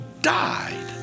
died